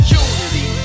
unity